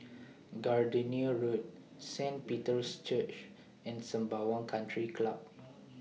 Gardenia Road Saint Peter's Church and Sembawang Country Club